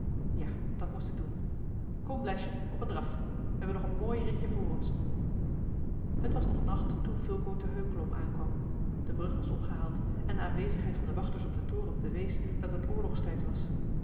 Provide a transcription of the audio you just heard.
ja dat moest ik doen kom blesje op een draf we hebben nog een mooi ritje voor ons het was nog nacht toen fulco te heukelom aankwam de brug was opgehaald en de aanwezigheid van de wachters op den toren bewees dat het oorlogstijd was